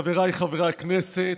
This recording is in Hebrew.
חבריי חברי הכנסת,